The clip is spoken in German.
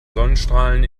sonnenstrahlen